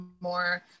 more